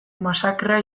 masakrea